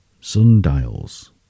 sundials